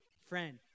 friend